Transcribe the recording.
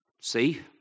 See